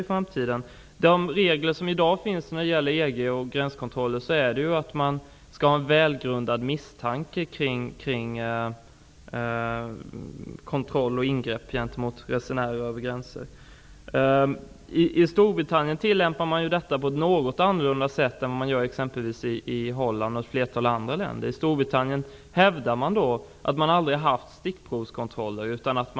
De nuvarande reglerna för EG-ländernas gränskontroller förutsätter att det finns en välgrundad misstanke för att man skall kunna kontrollera och göra ingrepp mot dem som reser över gränserna. I Storbritannien tillämpas detta på ett något annorlunda sätt än vad man gör i t.ex. Holland. I Storbritannien hävdar man att man aldrig har haft stickprovskontroller.